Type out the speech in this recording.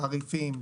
תעריפים,